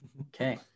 okay